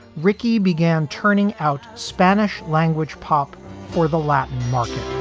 ricky began turning out spanish language pop for the latin market.